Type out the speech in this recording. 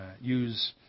use